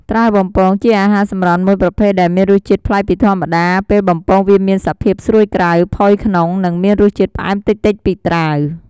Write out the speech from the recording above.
ត្រាវបំពង ជាអាហារសម្រន់មួយប្រភេទដែលមានរសជាតិប្លែកពីធម្មតា ពេលបំពងវាមានសភាពស្រួយក្រៅ ផុយក្នុង និងមានរសជាតិផ្អែមតិចៗពីត្រាវ។